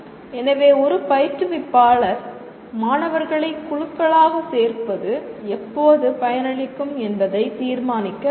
எனவே ஒரு பயிற்றுவிப்பாளர் மாணவர்களை குழுக்களாக சேர்ப்பது எப்போது பயனளிக்கும் என்பதை தீர்மானிக்க வேண்டும்